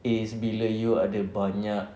is bila you ada banyak